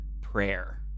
prayer